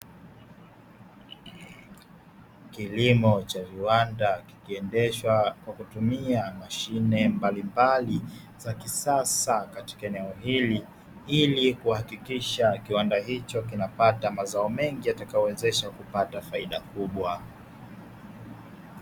Kilimo cha viwanda kikiendeshwa kwa kutumia mashine mbalimbali za kisasa katika eneo hili, ili kuhakikisha kiwanda hicho kinapata mazao mengi yatakayowezesha kupata faida kubwa.